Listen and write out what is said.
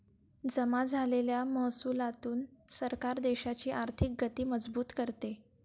जमा झालेल्या महसुलातून सरकार देशाची आर्थिक गती मजबूत करते